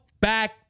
back